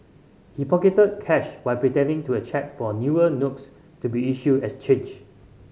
he pocketed cash while pretending to a check for newer notes to be issued as change